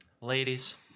ladies